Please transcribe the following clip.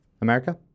America